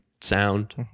sound